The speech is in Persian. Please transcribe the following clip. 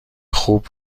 خوب